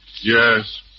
Yes